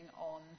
on